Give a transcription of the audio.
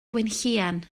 gwenllian